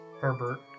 Herbert